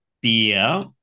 beer